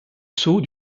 sceau